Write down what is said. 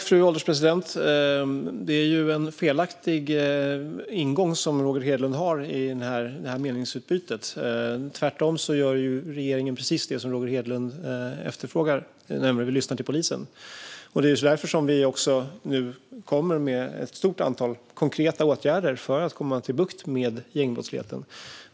Fru ålderspresident! Det är en felaktig ingång som Roger Hedlund har i detta meningsutbyte. Tvärtom gör regeringen precis det som Roger Hedlund efterfrågar, nämligen lyssnar till polisen. Det är därför vi nu kommer med ett stort antal konkreta åtgärder för att få bukt med gängbrottsligheten.